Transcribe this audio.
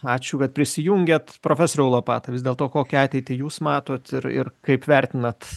ačiū kad prisijungėt profesoriau lopata vis dėlto kokią ateitį jūs matot ir ir kaip vertinat